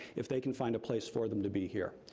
if they can find a place for them to be here.